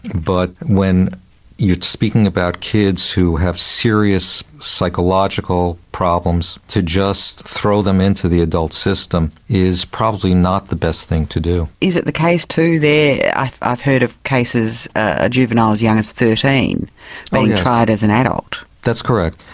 but when you're speaking about kids who have serious psychological problems, to just throw them into the adult system is probably not the best thing to do. is it the case too there, i've i've heard of cases, ah juveniles as young as thirteen being tried as an adult. yes, that's correct,